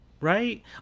right